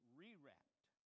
rewrapped